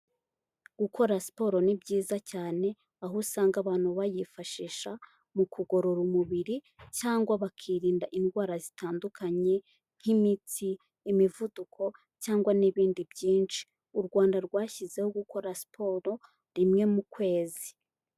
Gukora siporo ni byiza cyane, aho usanga abantu bayifashisha mu kugorora umubiri cyangwa bakirinda indwara zitandukanye nk'imitsi, imivuduko cyangwa n'ibindi byinshi. U Rwanda rwashyizeho gukora siporo rimwe mu kwezi.